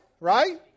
right